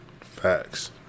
Facts